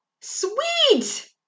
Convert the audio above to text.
Sweet